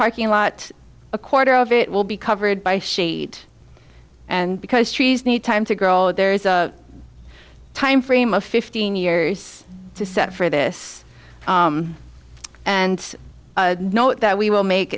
parking lot a quarter of it will be covered by shade and because trees need time to grow there is a time frame of fifteen years to set for this and note that we will make